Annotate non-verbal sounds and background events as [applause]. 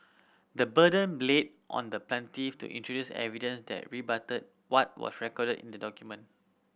the burden [unintelligible] on the plaintiff to introduce evidence that rebutted what was recorded in the document